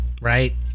Right